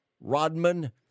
Rodman